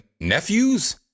nephews